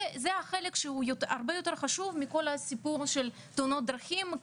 זה החלק שהוא הרבה יותר חשוב מהסיפור של תאונות דרכים,